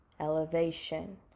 elevation